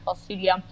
Studio